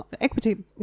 equity